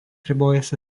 ribojasi